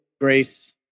grace